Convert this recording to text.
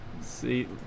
See